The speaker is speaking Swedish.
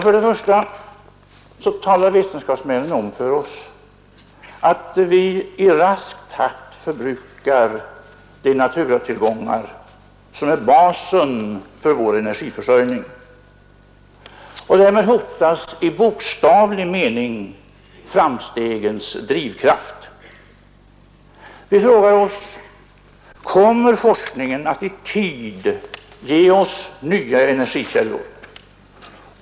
För det första talar vetenskapsmännen om för oss att vi i rask takt förbrukar de naturtillgångar som är basen för vår energiförsörjning. Och därmed hotas i bokstavlig mening framstegens drivkraft. Vi frågar oss: Kommer forskningen att i tid ge oss nya energikällor?